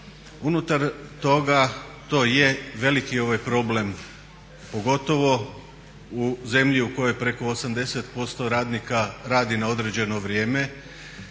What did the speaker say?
Unutar toga, to je veliki problem pogotovo u zemlji u kojoj preko 80% radnika radi na određeno vrijeme